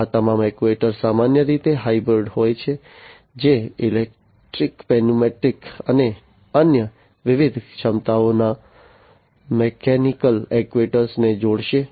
આ તમામ એક્ટ્યુએટર્સ સામાન્ય રીતે હાઇબ્રિડ હોય છે જે ઇલેક્ટ્રિક ન્યુમેટિક અને અન્ય વિવિધ ક્ષમતાઓના મિકેનિકલ એક્ટ્યુએટરને જોડશે